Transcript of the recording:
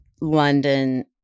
london